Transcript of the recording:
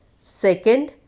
second